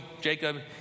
Jacob